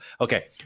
Okay